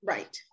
Right